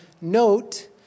note